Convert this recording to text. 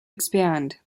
expand